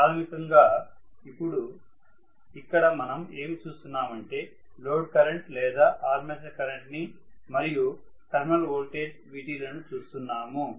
ప్రాథమికంగా ఇపుడు ఇక్కడ మనం ఏమి చుస్తున్నామంటే లోడ్ కరెంట్ లేదా ఆర్మేచర్ కరెంట్ ని మరియు టెర్మినల్ వోల్టేజ్Vt లను చూస్తున్నాము